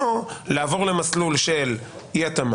האפשרות השנייה היא לעבור למסלול של אי-התאמה